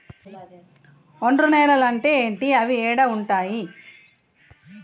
ఒండ్రు నేలలు అంటే ఏంటి? అవి ఏడ ఉంటాయి?